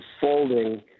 unfolding